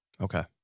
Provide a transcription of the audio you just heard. Okay